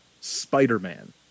Spider-Man